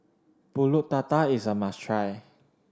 Pulut Tatal is a must try